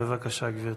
בבקשה, גברתי.